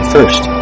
First